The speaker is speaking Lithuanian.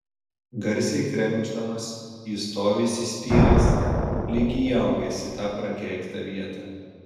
garsiai krenkšdamas jis stovi įsispyręs lyg įaugęs į tą prakeiktą vietą